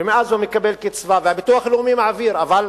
ומאז הוא מקבל קצבה, והביטוח הלאומי מעביר, אבל